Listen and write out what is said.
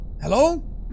Hello